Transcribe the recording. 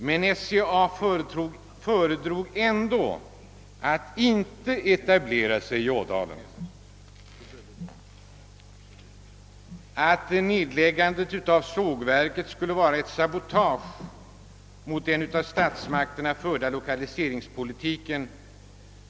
Men SCA föredrog ändå att inte etablera sig i Ådalen. Av inrikesministerns svar framgår inte att han anser att nedläggandet av sågverket skulle vara ett sabotage mot den av statsmakterna förda lokaliseringspolitiken.